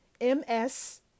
M-S